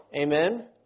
Amen